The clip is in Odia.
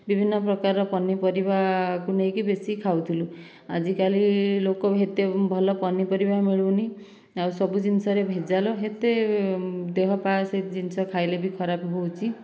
ବିଭିନ୍ନ ପ୍ରକାର ପନିପରିବାକୁ ନେଇକି ବେଶୀ ଖାଉଥିଲୁ ଆଜିକାଲି ଲୋକ ବି ଏତେ ଭଲ ପନିପରିବା ମିଳୁନି ଆଉ ସବୁ ଜିନିଷରେ ଭେଜାଲ ଏତେ ଦେହପାହ ସେ ଜିନିଷ ଖାଇଲେ ବି ଖରାପ ହେଉଛି